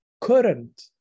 current